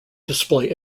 display